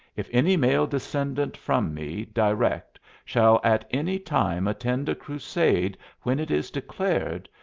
if any male descendant from me direct shall at any time attend a crusade when it is declared,